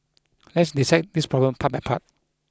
let's dissect this problem part by part